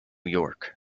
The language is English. york